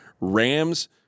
Rams